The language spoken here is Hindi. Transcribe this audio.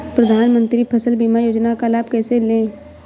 प्रधानमंत्री फसल बीमा योजना का लाभ कैसे लें?